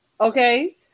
Okay